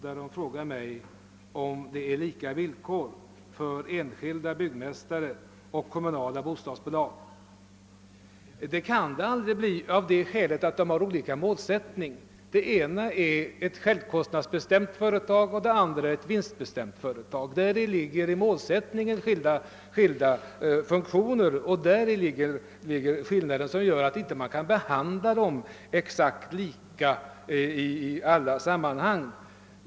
Hon frågade mig om det råder lika villkor för enskilda byggmästare och kommunala bostadsbolag. Det gör det inte och det kan det aldrig göra, av det skälet att de har olika målsättning. Det ena är ett självkostnadsbestämt företag och det andra ett vinstbestämt företag. I denna målsättning ligger skillnaden, och detta gör att man inte kan behandla dem exakt lika i alla sammanhang.